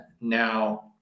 Now